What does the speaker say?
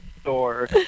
store